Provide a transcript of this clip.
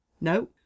no